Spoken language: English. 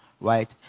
right